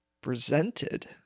presented